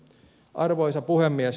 arvoisa puhemies